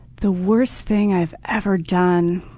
the worst thing i've ever done,